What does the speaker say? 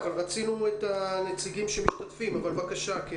רצינו את הנציגים שמשתתפים אבל בבקשה.